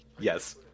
yes